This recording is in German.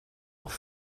auch